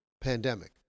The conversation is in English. pandemic